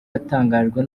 yatangajwe